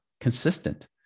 consistent